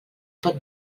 pot